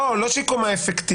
לא, לא שהיא קומה אפקטיבית.